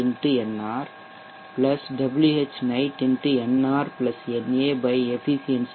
nr Whnight nrna efficiency